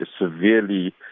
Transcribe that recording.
severely